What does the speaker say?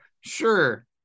Sure